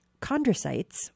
chondrocytes